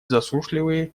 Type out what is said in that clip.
засушливые